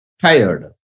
tired